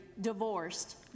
divorced